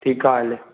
ठीकु आहे हले